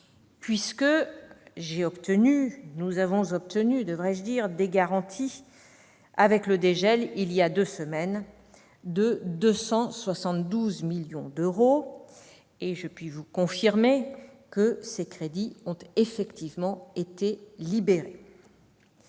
puisque nous avons obtenu des garanties, avec le dégel, voilà deux semaines, de 272 millions d'euros. Je puis vous confirmer que ces crédits ont effectivement été libérés.